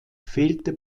fehlte